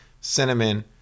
cinnamon